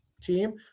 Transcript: team